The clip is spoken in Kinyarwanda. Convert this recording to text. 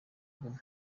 guma